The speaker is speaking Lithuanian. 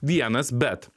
vienas bet